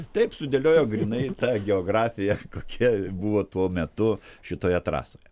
taip sudėliojo grynai ta geografija kokia buvo tuo metu šitoje trasoje